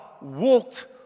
walked